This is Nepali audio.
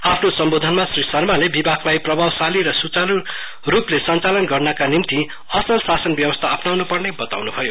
आफ्नो सम्बोधनमा श्री भर्माले विभागलाई प्रभावशाली र स्चाररु रुपले संचालन गर्नका निम्ति असल शासन व्यवस्था अपनाउन् पर्ने बताउन् भयो